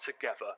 together